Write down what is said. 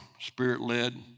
spirit-led